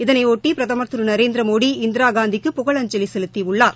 இதனையொட்டிபிரதமர் திருநரேந்திரமோடி இந்திராகாந்திக்கு புகழஞ்சலிசெலுத்தியுள்ளனர்